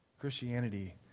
Christianity